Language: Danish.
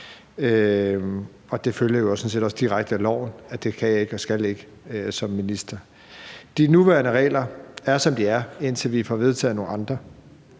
set også direkte af loven, at det kan og skal jeg ikke som minister. De nuværende regler er, som de er, indtil vi får vedtaget nogle andre.